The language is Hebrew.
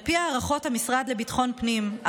על פי הערכות המשרד לביטחון פנים,